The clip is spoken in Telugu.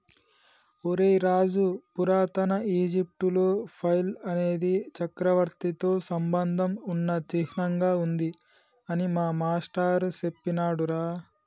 ఒరై రాజు పురాతన ఈజిప్టులో ఫైల్ అనేది చక్రవర్తితో సంబంధం ఉన్న చిహ్నంగా ఉంది అని మా మాష్టారు సెప్పినాడురా